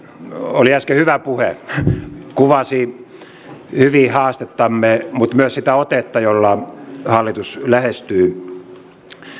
oli äsken hyvä puhe se kuvasi hyvin haastettamme mutta myös sitä otetta jolla hallitus lähestyy